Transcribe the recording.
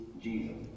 Jesus